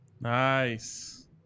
Nice